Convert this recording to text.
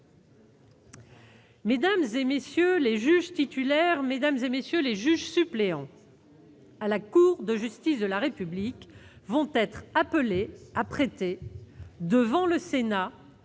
Mmes et MM. les juges titulaires et Mmes et MM. les juges suppléants à la Cour de justice de la République vont être appelés à prêter, devant le Sénat,